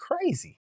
crazy